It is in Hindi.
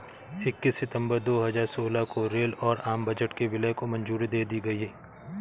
इक्कीस सितंबर दो हजार सोलह को रेल और आम बजट के विलय को मंजूरी दे दी गयी